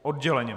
Odděleně.